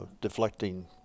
deflecting